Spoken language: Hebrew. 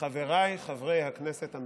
וחבריי חברי הכנסת הנורבגים: